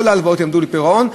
כל ההלוואות יעמדו לפירעון,